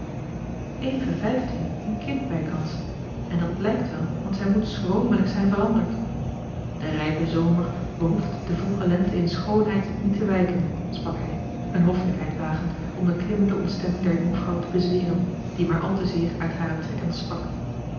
even vijftien een kind bijkans en dat blijkt wel want zij moet schromelijk zijn veranderd de rijpe zomer behoeft de vroege lente in schoonheid niet te wijken sprak hij eene hoffelijkheid wagend om de klimmende ontstemming der jonkvrouw te bezweren die maar al te zeer uit hare trekken sprak